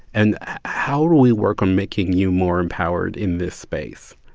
and how do we work on making you more empowered in this space?